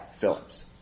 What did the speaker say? Phillips